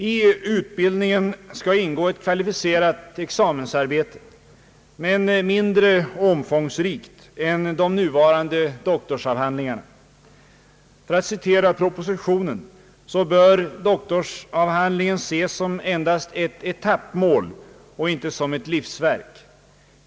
I utbildningen skall ingå ett kvalificerat examensarbete men mindre omfångsrikt än de nuvarande doktorsavhandlingarna. Enligt propositionen bör doktorsavhandlingen ses »endast som ett etappmål och inte som ett livsverk.